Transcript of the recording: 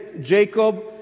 Jacob